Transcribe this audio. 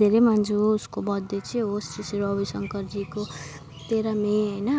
धेरै मान्छु उसको बर्थडे चाहिँ हो श्री श्री रविशङ्कर जीको तेह्र मई होइन